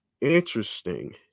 Interesting